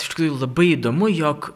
iš tikrųjų labai įdomu jog